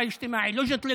בכל הוועדות,